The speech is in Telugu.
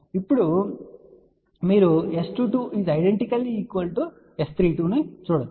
ఇప్పుడు మీరు S22≅ S32 ను చూడవచ్చు